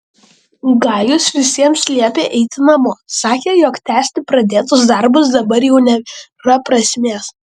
gajus visiems liepė eiti namo sakė jog tęsti pradėtus darbus dabar jau nėra prasmės